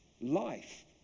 life